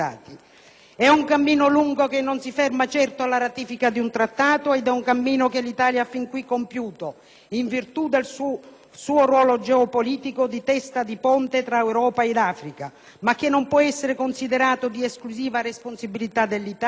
È un cammino lungo che non si ferma certo alla ratifica di un Trattato ed è un cammino che l'Italia ha fin qui compiuto in virtù del suo ruolo geopolitico di testa di ponte tra Europa ed Africa, ma che non può essere considerato di sua esclusiva responsabilità. D'altro